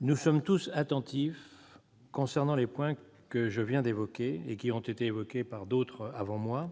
nous sommes tous attentifs sur les points que je viens d'aborder et qui ont été évoqués précédemment par d'autres orateurs,